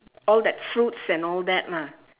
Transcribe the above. all that fruits and all that lah